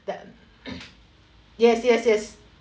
that yes yes yes